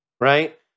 right